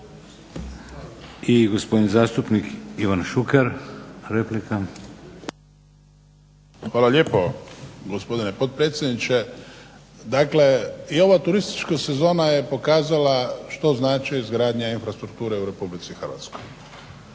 I gospodin zastupnik Ivan Šuker, replika. **Šuker, Ivan (HDZ)** Hvala lijepo gospodine potpredsjedniče. Dakle, i ova turistička sezona je pokazala što znači izgradnja infrastrukture u RH, ali o značaju